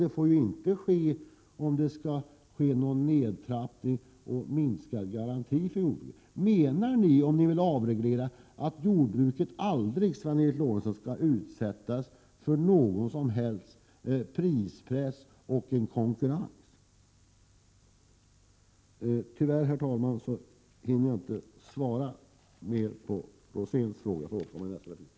Det får inte heller innebära minskade garantier för jordbrukaren. Menar ni att jordbruket aldrig skall få utsättas för någon som helst prispress eller konkurrens? Tyvärr hinner jag inte svara på Bengt Roséns fråga. Jag återkommer i nästa replik.